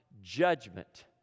judgment